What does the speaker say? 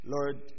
Lord